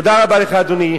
תודה רבה לך, אדוני.